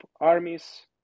armies